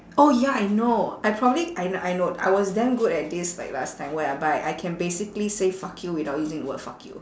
oh ya I know I probably I kn~ I know I was damn good at this like last time when I bi I can basically say fuck you without using the word fuck you